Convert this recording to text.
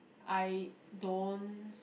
I don't